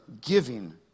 giving